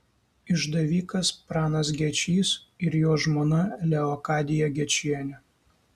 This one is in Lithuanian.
išdavikas pranas gečys ir jo žmona leokadija gečienė